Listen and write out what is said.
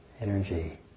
energy